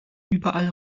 überall